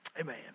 amen